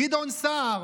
גדעון סער.